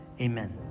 Amen